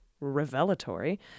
revelatory